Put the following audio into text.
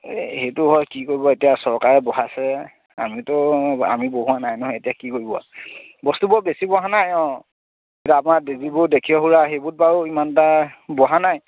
এই সেইটো হয় কি কৰিব এতিয়া চৰকাৰে বঢ়াইছে আমিতো আমি বঢ়োৱা নাই নহয় এতিয়া কি কৰিব বস্তুবোৰ বেছি বঢ়া নাই অঁ এয়া আপোনাৰ যিবোৰ দেশীয় সুৰা সেইবোৰত বাৰু ইমান এটা বঢ়া নাই